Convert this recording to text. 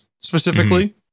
specifically